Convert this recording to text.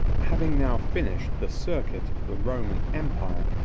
having now finished the circuit of the roman empire,